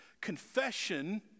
Confession